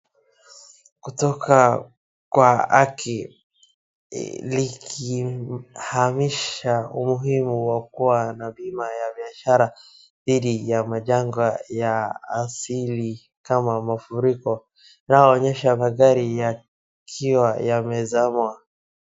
Kutoka kwa haki, likihamazisha umuhimu wa kuwa na bima ya biashara dhidi ya majanga ya asili kama mafuriko, inayoonyesha magari yakiwa yamezama.